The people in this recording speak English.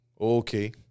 Okay